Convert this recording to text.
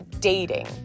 dating